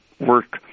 work